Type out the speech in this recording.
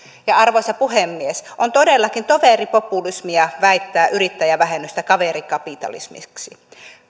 arvoisa puhemies on todellakin toveripopulismia väittää yrittäjävähennystä kaverikapitalismiksi